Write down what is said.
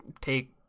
take